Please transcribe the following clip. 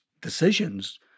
decisions